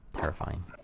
terrifying